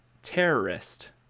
terrorist